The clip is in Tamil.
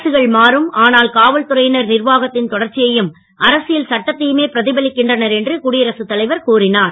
அரசுகள் மாறும் ஆனால் காவல்துறையினர் நிர்வாகத்தின் தொடர்ச்சியையும் அரசியல் சட்டத்தையுமே பிரதிபலிக்கின்றனர் என்று குடியரக தலைவர் கூறினார்